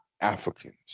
africans